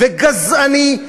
נורא וגזעני,